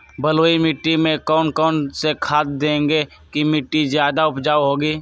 बलुई मिट्टी में कौन कौन से खाद देगें की मिट्टी ज्यादा उपजाऊ होगी?